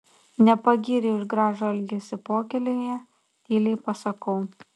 nepagyrei už gražų elgesį pokylyje tyliai pasakau